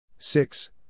Six